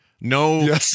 No